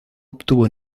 obtuvo